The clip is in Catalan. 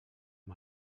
amb